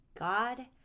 God